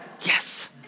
Yes